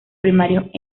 primarios